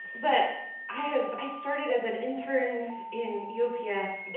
but i ah i started as an intern in eops